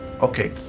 Okay